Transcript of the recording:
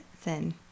thin